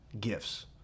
gifts